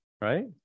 right